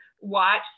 watch